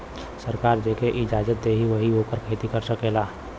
सरकार जेके इजाजत देई वही ओकर खेती कर सकेला